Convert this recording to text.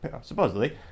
supposedly